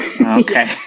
okay